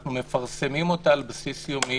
אנחנו מפרסמים אותה על בסיס יומי,